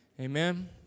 Amen